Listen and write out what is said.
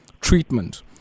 treatment